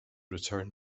return